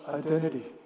identity